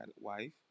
wife